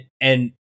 and-